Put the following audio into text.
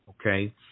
okay